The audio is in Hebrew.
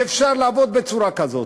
אי-אפשר לעבוד בצורה כזו.